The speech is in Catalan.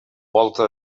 volta